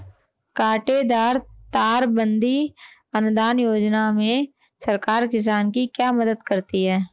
कांटेदार तार बंदी अनुदान योजना में सरकार किसान की क्या मदद करती है?